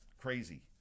crazy